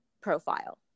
profile